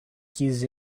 qu’ils